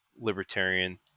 libertarian